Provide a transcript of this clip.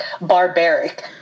barbaric